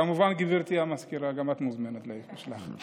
כמובן, גברתי המזכירה, גם את מוזמנת למשלחת.